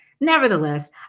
Nevertheless